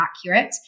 accurate